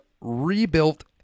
rebuilt